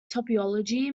topology